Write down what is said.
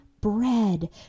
bread